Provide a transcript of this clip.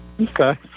Okay